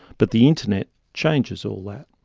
but the internet changes all that.